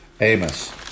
Amos